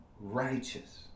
righteous